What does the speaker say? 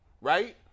right